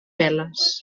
veles